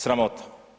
Sramota.